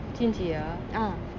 செஞ்சியை:senjiya